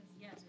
Yes